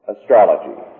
astrology